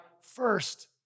first